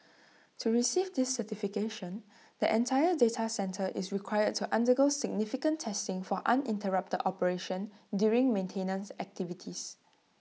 to receive this certification the entire data centre is required to undergo significant testing for uninterrupted operation during maintenance activities